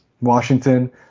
Washington